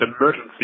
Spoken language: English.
emergency